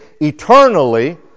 eternally